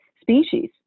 species